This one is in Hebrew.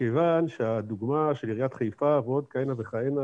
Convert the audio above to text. מכיוון שהדוגמה של עיריית חיפה ועוד כהנה וכהנה,